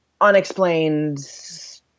unexplained